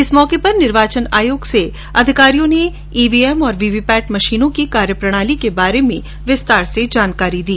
इस मौके पर निर्वाचन आयोग से आए अधिकारियों ने ईवीएम तथा वीवीपैट मशीनों की कार्यप्रणाली के बारे में विस्तार से जानकारी दी